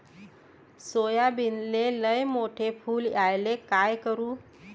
सोयाबीनले लयमोठे फुल यायले काय करू?